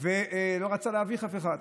ולא רצה להביך אף אחד.